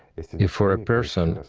if if for a person,